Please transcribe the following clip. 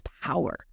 power